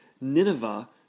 Nineveh